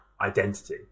identity